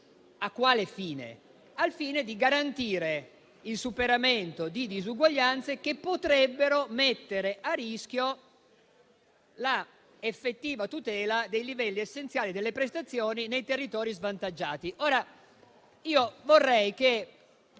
per abitante, al fine di garantire il superamento di disuguaglianze che potrebbero mettere a rischio l'effettiva tutela dei livelli essenziali delle prestazioni nei territori svantaggiati.